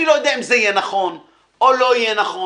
אני לא יודע אם זה יהיה נכון או לא יהיה נכון.